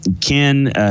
Ken